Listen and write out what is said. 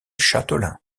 châtelain